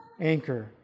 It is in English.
anchor